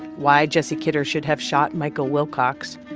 why jesse kidder should have shot michael wilcox,